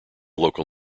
local